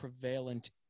prevalent